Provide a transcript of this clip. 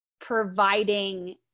providing